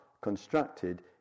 constructed